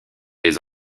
des